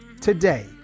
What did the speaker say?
Today